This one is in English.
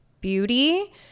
Beauty